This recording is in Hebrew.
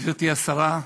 גברתי השרה,